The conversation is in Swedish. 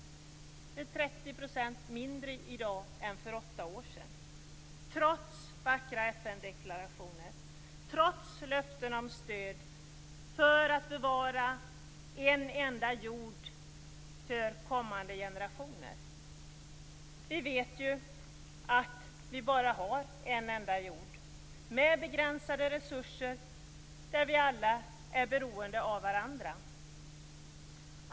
Biståndet är 30 % mindre i dag än för åtta år sedan trots vackra FN-deklarationer, trots löften om stöd för att bevara en enda jord för kommande generationer. Vi vet att vi bara har en enda jord med begränsade resurser där vi alla är beroende av varandra.